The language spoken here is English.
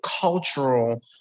cultural